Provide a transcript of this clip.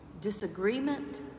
disagreement